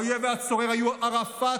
האויב והצורר היו ערפאת,